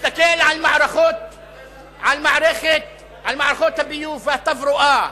תסתכל על מערכות הביוב והתברואה.